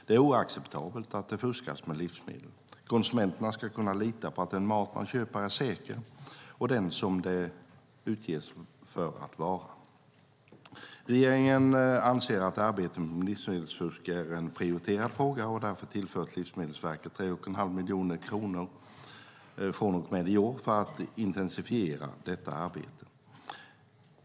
Det är oacceptabelt att det fuskas med livsmedel. Konsumenterna ska kunna lita på att den mat man köper är säker och den som den utges för att vara. Regeringen anser att arbetet mot livsmedelsfusk är en prioriterad fråga och har därför tillfört Livsmedelsverket 3 1⁄2 miljon kronor från och med i år för att intensifiera detta arbete.